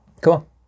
Cool